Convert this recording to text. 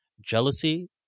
jealousy